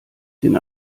den